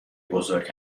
بزرگ